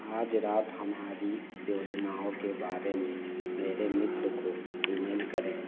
आज रात हमारी योजनाओं के बारे में मेरे मित्र को ई मेल करें